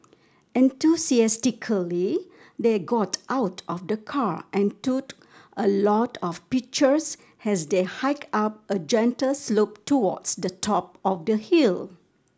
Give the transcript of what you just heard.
enthusiastically they got out of the car and took a lot of pictures as they hiked up a gentle slope towards the top of the hill